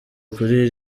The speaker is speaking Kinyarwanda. kuri